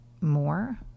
more